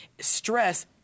stress